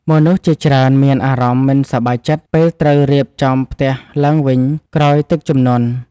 មនុស្សជាច្រើនមានអារម្មណ៍មិនសប្បាយចិត្ត ពេលត្រូវរៀបចំផ្ទះឡើងវិញក្រោយទឹកជំនន់។